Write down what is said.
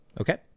Okay